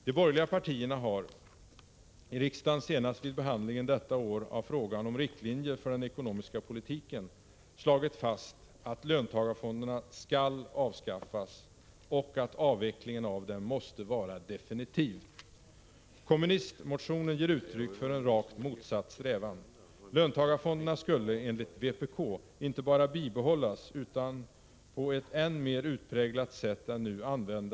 De borgerliga partierna har — i riksdagen senast vid behandlingen detta år av frågan om riktlinjer för den ekonomiska politiken — slagit fast att löntagarfonderna skall avskaffas och att avvecklingen måste vara definitiv. Kommunistmotionen ger uttryck för en rakt motsatt strävan. Löntagarfonderna skall enligt vpk inte bara bibehållas utan också på ett ännu mer utpräglat sätt än nu isk riktning. De intentioner.